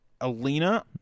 Alina